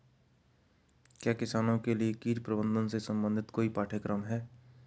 क्या किसानों के लिए कीट प्रबंधन से संबंधित कोई पाठ्यक्रम है?